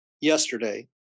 Yesterday